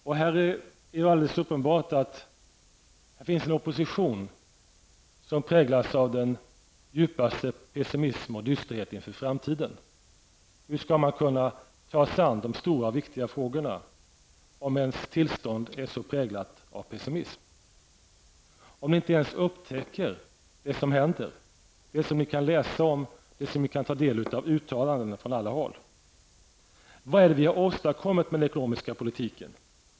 Det är uppenbart att det finns en opposition som präglas av den djupaste pessimism och dysterhet inför framtiden. Hur skall man ta sig an de stora viktiga frågorna om ens tillstånd är så präglat av pessimism? Hur skall ni kunna ta er an detta om ni inte ens upptäcker vad som händer, det som ni kan läsa om och det som ni kan ta del av i uttalanden från alla håll? Vad har vi åstadkommit med den ekonomiska politiken?